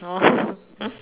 oh